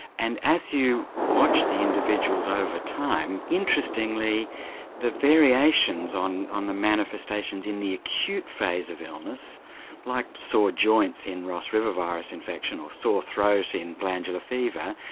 and as you watched the individuals over time, interestingly the variations on on the manifestations in the acute phase of illness like sore joints in ross river virus infection, or sore throat in glandular fever,